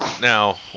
Now